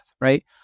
right